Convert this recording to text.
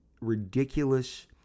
ridiculous